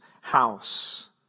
house